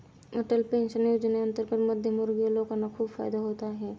Atal pension योजनेअंतर्गत मध्यमवर्गीय लोकांना खूप फायदा होत आहे